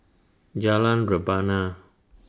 Jalan Rebana